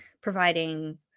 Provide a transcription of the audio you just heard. providing